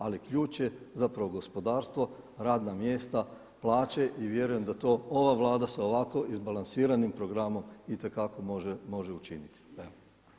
Ali ključ je zapravo gospodarstvo, radna mjesta, plaće i vjerujem da to ova Vlada sa ovako izbalansiranim programom itekako može učiniti.